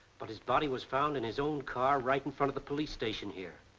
but his body was found in his own car right in front of the police station here.